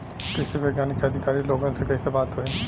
कृषि वैज्ञानिक या अधिकारी लोगन से कैसे बात होई?